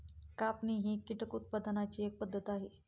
कापणी ही कीटक उत्पादनाची एक पद्धत आहे